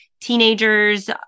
teenagers